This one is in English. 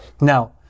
Now